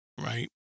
right